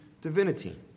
divinity